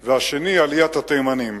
והשני, עליית התימנים.